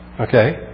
Okay